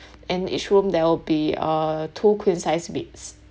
and each room there will be uh two queen size beds